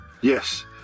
Yes